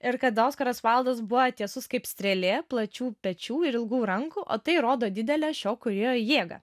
ir kad oskaras vaildas buvo tiesus kaip strėlė plačių pečių ir ilgų rankų o tai rodo didelę šio kūrėjo jėgą